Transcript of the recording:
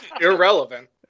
Irrelevant